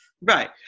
Right